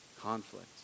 conflict